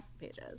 pages